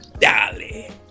Dolly